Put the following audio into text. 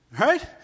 right